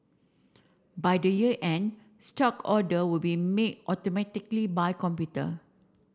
by the year end stock order will be made automatically by computer